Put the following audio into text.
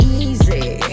easy